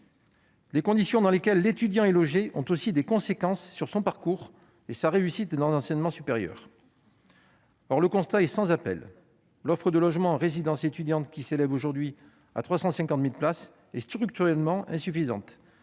Les conditions dans lesquelles l'étudiant est logé ont aussi des conséquences sur son parcours et sa réussite dans l'enseignement supérieur. Or le constat est sans appel : l'offre de logements en résidences étudiantes, qui s'élève aujourd'hui à 350 000 places, est structurellement insuffisante